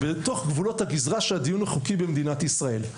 בתוך גבולות הגזרה של הדיון החוקי במדינת ישראל,